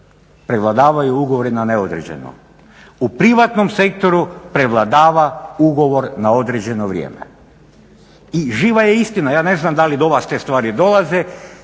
prevladavaju ugovori na neodređeno, u privatnom sektoru prevladava ugovor na određeno vrijeme. I živa je istina, ja ne znam dali te stvari do